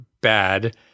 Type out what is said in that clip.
bad